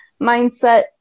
mindset